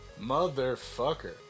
Motherfucker